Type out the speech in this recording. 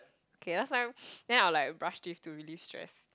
okay last time then I will like brush teeth to release stress